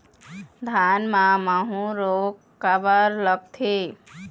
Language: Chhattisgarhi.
धान म माहू रोग काबर लगथे?